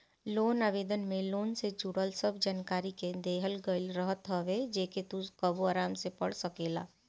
loan आवेदन में loan से जुड़ल सब जानकरी के देहल गईल रहत हवे जेके तू कबो आराम से पढ़ सकेला